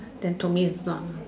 then told me is not lah